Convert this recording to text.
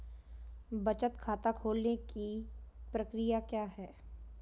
बचत खाता खोलने की प्रक्रिया क्या है?